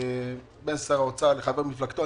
בין שר האוצר לבין חבר מפלגתו,